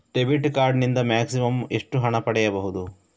Debit card ನಿಂದ maximum ಎಷ್ಟು ಹಣ ಪಡೆಯಬಹುದು?